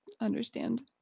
understand